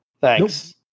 Thanks